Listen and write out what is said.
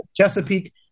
Chesapeake